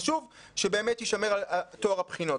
חשוב שבאמת יישמר טוהר הבחינות.